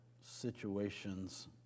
situations